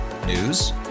News